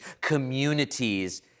communities